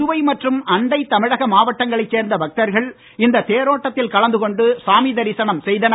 புதுவை மற்றும் அண்டை தமிழக மாவட்டங்களை சேர்ந்த பக்தர்கள் இந்த தேரோட்டத்தில் கலந்து கொண்டு சாமி தரிசனம் செய்தனர்